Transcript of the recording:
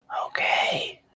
Okay